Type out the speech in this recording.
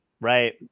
right